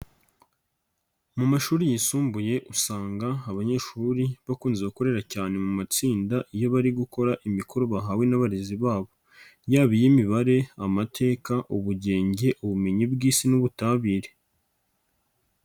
Mu mashuri yisumbuye usanga abanyeshuri bakunze gukorera cyane mu matsinda iyo bari gukora imikoro bahawe n'abarezi babo. Yaba iy'imibare, Amateka, Ubugenge, Ubumenyi bw'isi n'Ubutabire.